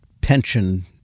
pension